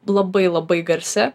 labai labai garsi